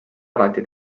alati